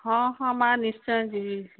ହଁ ହଁ ମାଆ ନିଶ୍ଚୟ ଯିବି